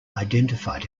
identified